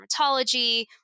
dermatology